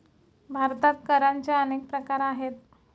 भारतात करांचे अनेक प्रकार आहेत